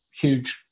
huge